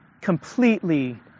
completely